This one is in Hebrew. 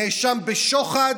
נאשם בשוחד,